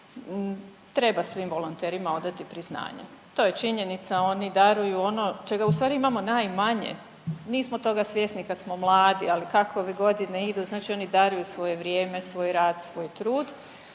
treba svim volonterima odati priznanje. To je činjenica oni daruju ono čega ustvari imamo najmanje, nismo toga svjesni kad smo mladi ali ove godine idu znači oni daruju svoje vrijeme, svoj rad, svoj trud.